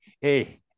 hey